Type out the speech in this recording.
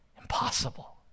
Impossible